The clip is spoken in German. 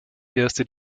erste